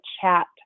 chat